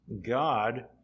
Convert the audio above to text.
God